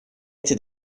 эти